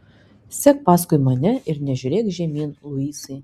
sek paskui mane ir nežiūrėk žemyn luisai